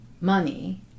money